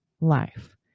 life